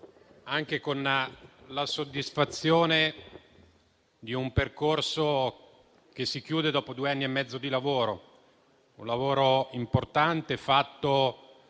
anche la soddisfazione per un percorso che si chiude dopo due anni e mezzo di lavoro; un lavoro importante portato